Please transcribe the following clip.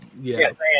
yes